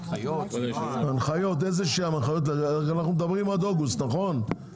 אנחנו מדברים עד אוגוסט נכון,